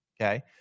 Okay